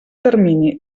termini